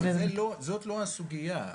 לא, זאת לא הסוגיה.